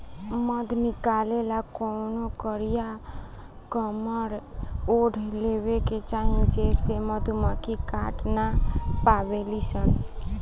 मध निकाले ला कवनो कारिया कमर ओढ़ लेवे के चाही जेसे मधुमक्खी काट ना पावेली सन